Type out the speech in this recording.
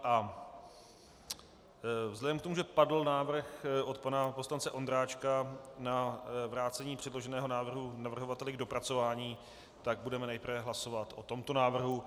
A vzhledem k tomu, že padl návrh od pana poslance Ondráčka na vrácení předloženého návrhu navrhovateli k dopracování, tak budeme nejprve hlasovat o tomto návrhu.